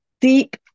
deep